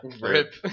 Rip